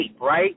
right